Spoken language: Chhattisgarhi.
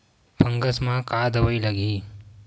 फंगस म का दवाई लगी?